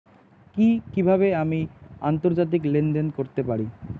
কি কিভাবে আমি আন্তর্জাতিক লেনদেন করতে পারি?